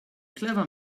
clever